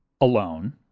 alone